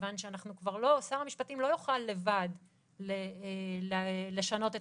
כיוון ששר המשפטים לא יוכל לבד לשנות את